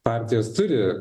partijos turi